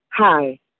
Hi